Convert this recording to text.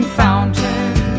fountain